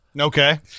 Okay